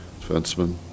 defenseman